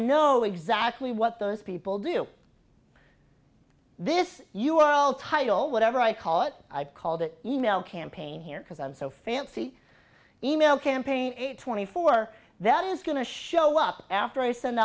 know exactly what those people do this you are all title whatever i call it i called it e mail campaign here because i'm so fancy e mail campaign eight twenty four that is going to show up after i send